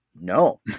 No